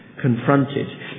confronted